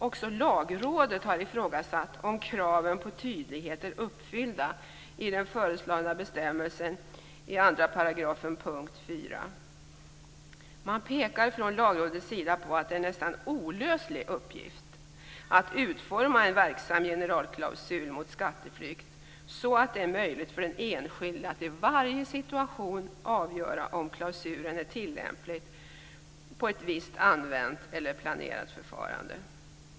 Också Lagrådet har ifrågasatt om kraven på tydlighet är uppfyllda i den föreslagna bestämmelsen i 2 § 4 punkt. Man pekar från Lagrådets sida på att det är en nästan olöslig uppgift att utforma en verksam generalklausul mot skatteflykt, så att det är möjligt för den enskilde att i varje situation avgöra om klausulen är tillämplig på ett visst använt eller planerat förfarande.